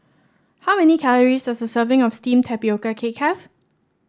how many calories does a serving of steamed Tapioca Cake have